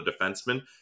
defenseman